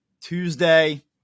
Tuesday